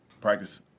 practice